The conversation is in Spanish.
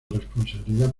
responsabilidad